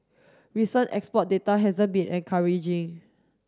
recent export data hasn't been encouraging